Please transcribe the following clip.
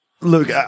Look